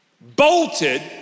Bolted